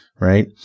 right